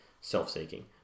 self-seeking